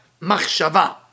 Machshava